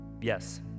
Yes